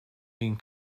been